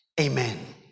Amen